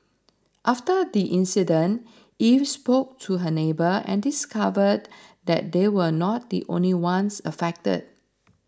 after the incident eve spoke to her neighbour and discovered that they were not the only ones affected